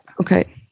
okay